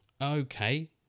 Okay